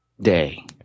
day